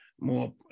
more